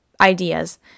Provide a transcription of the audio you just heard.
ideas